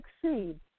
succeed